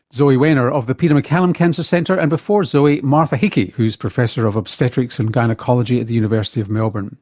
zoe wainer of the peter maccallum cancer centre and before zoe, martha hickey who's professor of obstetrics and gynaecology at the university of melbourne.